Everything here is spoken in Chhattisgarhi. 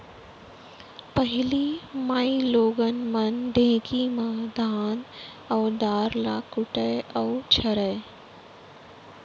पहिली माइलोगन मन ढेंकी म धान अउ दार ल कूटय अउ छरयँ